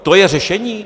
To je řešení?